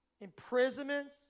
imprisonments